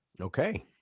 okay